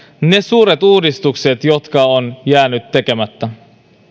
ne suuret uudistukset jotka ovat jääneet tekemättä